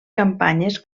campanyes